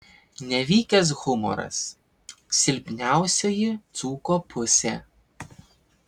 nevykęs humoras silpniausioji dzūko pusė